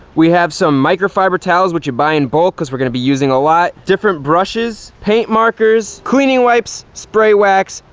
we have some microfiber towels which you buy in bulk because we're going to be using a lot, different brushes paint markers, cleaning wipes, spray wax,